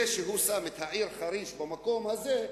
זה שהוא שם את העיר חריש במקום הזה,